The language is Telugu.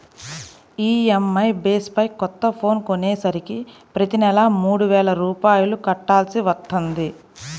ఈఎంఐ బేస్ పై కొత్త ఫోన్ కొనేసరికి ప్రతి నెలా మూడు వేల రూపాయలు కట్టాల్సి వత్తంది